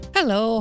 Hello